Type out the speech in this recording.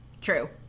True